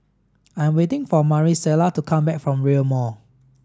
I'm waiting for Marisela to come back from Rail Mall